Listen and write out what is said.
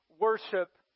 worship